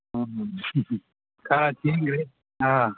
ꯈꯔ ꯊꯦꯡꯈ꯭ꯔꯦ ꯑꯥ